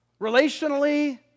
relationally